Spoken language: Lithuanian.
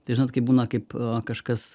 tai žinot kai būna kaip kažkas